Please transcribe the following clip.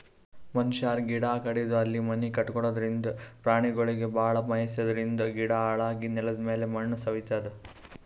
ಮನಶ್ಯಾರ್ ಗಿಡ ಕಡದು ಅಲ್ಲಿ ಮನಿ ಕಟಗೊಳದ್ರಿಂದ, ಪ್ರಾಣಿಗೊಳಿಗ್ ಭಾಳ್ ಮೆಯ್ಸಾದ್ರಿನ್ದ ಗಿಡ ಹಾಳಾಗಿ ನೆಲದಮ್ಯಾಲ್ ಮಣ್ಣ್ ಸವಿತದ್